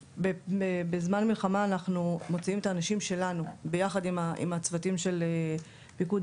בזמן מלחמה אנחנו מוציאים את האנשים שלנו ביחד עם הצוותים של פיקוד